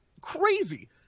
crazy